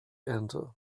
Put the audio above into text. enter